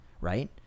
right